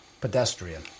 pedestrian